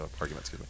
arguments